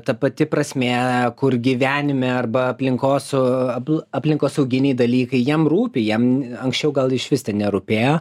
ta pati prasmė kur gyvenime arba aplinkos o abu aplinkosauginiai dalykai jam rūpi jam anksčiau gal išvis ten nerūpėjo